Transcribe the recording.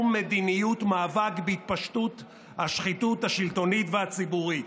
מדיניות מאבק בהתפשטות השחיתות השלטונית והציבורית.